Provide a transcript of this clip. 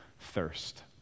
thirst